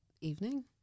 evening